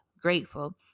grateful